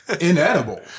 inedible